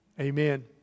amen